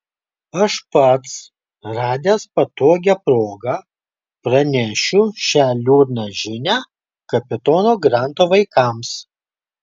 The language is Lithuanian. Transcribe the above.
aš pats radęs patogią progą pranešiu šią liūdną žinią kapitono granto vaikams